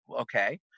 okay